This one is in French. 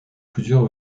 plusieurs